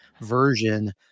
version